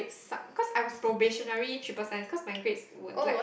suck cause I was probationary triple science cause my grades were like